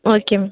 okay ma'am